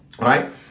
right